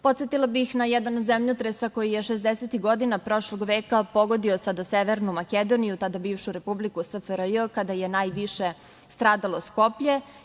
Podsetila bih na jedan zemljotres, a koji je šezdesetih godina prošlog veka pogodio sada Severnu Makedoniju, tada bivšu Republiku SFRJ, kada je najviše stradalo Skoplje.